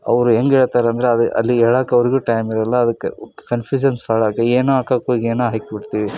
ಅವರು ಹೆಂಗ್ ಹೇಳ್ತಾರಂದ್ರ ಅದೆ ಅಲ್ಲಿ ಹೇಳಕ್ಕೆ ಅವರಿಗೂ ಟೈಮ್ ಇರೋಲ್ಲ ಅದಕ್ಕೆ ಕನ್ಫ್ಯೂಸನ್ ಸ್ಟಾರ್ಟ್ ಏನೋ ಹಾಕಕ್ ಹೋಗಿ ಏನೋ ಹಾಕಿ ಬಿಡ್ತೀವಿ